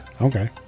Okay